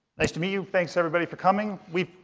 nice to meet you. thanks everybody for coming. we've